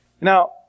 Now